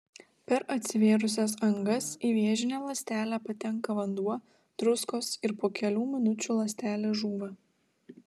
per atsivėrusias angas į vėžinę ląstelę patenka vanduo druskos ir po kelių minučių ląstelė žūva